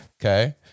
okay